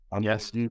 yes